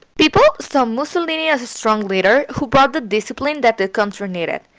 people saw mussolini as a strong leader who brought the discipline that the country needed.